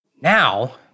now